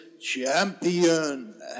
champion